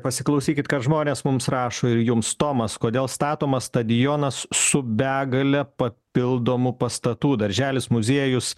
pasiklausykit ką žmonės mums rašo ir jums tomas kodėl statomas stadionas su begale papildomų pastatų darželis muziejus